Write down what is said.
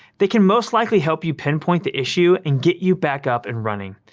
they can most likely help you pinpoint the issue and get you back up and running.